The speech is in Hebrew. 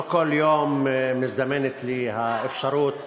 לא בכל יום מזדמנת לי אפשרות